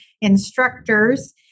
instructors